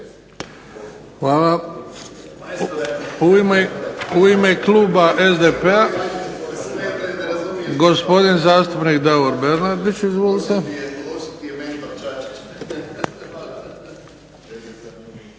Hvala. U ime kluba SDP-a gospodin zastupnik Davor Bernardić, izvolite.